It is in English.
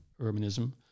Urbanism